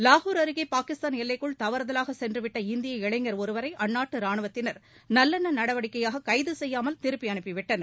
லாகூர் அருகே பாகிஸ்தான் எல்லைக்குள் தவறுதலாக சென்றுவிட்ட இந்திய இளைஞர் ஒருவரை அந்நாட்டு ராணுவத்தினர் நல்லெண்ண நடவடிக்கையாக கைது செய்யாமல் திருப்பி அனுப்பிவிட்டனர்